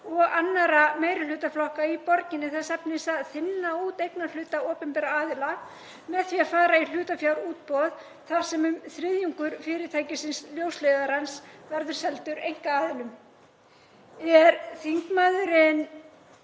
og annarra meirihlutaflokka í borginni þess efnis að þynna út eignarhluta opinberra aðila með því að fara í hlutafjárútboð þar sem um þriðjungur fyrirtækisins Ljósleiðarans verður seldur einkaaðilum. Er þingmaðurinn